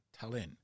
Tallinn